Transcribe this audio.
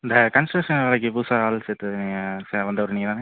இந்த கன்ஸ்ட்ரக்ஷன் வேலைக்கு புதுசாக ஆள் சேர்த்து நீங்கள் ச வந்தவர் நீங்கள் தானே